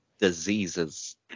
diseases